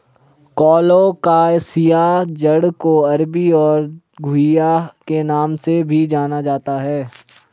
colocasia जड़ को अरबी और घुइआ के नाम से भी जाना जाता है